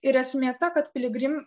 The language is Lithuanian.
ir esmė ta kad piligrimų